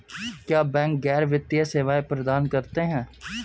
क्या बैंक गैर वित्तीय सेवाएं प्रदान करते हैं?